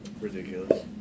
Ridiculous